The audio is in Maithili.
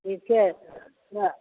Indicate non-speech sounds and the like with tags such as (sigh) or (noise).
ठीक छै (unintelligible)